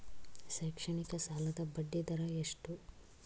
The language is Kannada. ಶೈಕ್ಷಣಿಕ ಸಾಲದ ಬಡ್ಡಿ ದರ ಎಷ್ಟು?